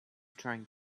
trying